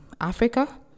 Africa